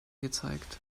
gezeigt